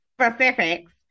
specifics